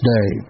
Day